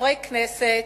חברי כנסת,